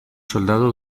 soldado